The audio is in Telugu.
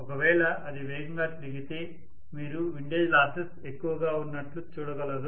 ఒకవేళ అది వేగంగా తిరిగితే మీరు విండేజ్ లాసెస్ ఎక్కువగా ఉన్నట్లు చూడగలరు